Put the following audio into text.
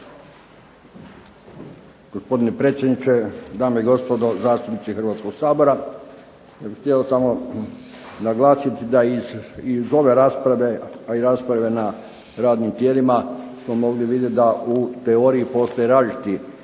Gospodine predsjedniče, dame i gospodo zastupnici Hrvatskoga sabora. Ja bih htio samo naglasiti da iz ove rasprave, a i rasprave na radnim tijelima smo mogli vidjet da u teoriji postoje različiti